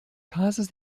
causes